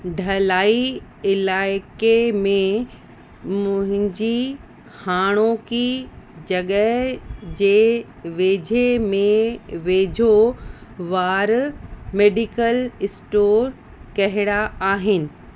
ढलाई इलाइक़े में मुंहिंजी हाणोकी जॻह जे वेझे में वेझो वारा मेडिकल स्टोर कहिड़ा आहिनि